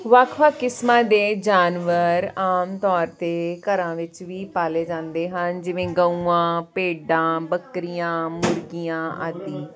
ਵੱਖ ਵੱਖ ਕਿਸਮਾਂ ਦੇ ਜਾਨਵਰ ਆਮ ਤੌਰ 'ਤੇ ਘਰਾਂ ਵਿੱਚ ਵੀ ਪਾਲੇ ਜਾਂਦੇ ਹਨ ਜਿਵੇਂ ਗਊਆਂ ਭੇਡਾਂ ਬੱਕਰੀਆਂ ਮੁਰਗੀਆਂ ਆਦਿ